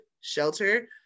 shelter